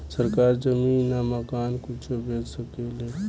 सरकार जमीन आ मकान कुछो बेच सके ले